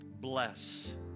bless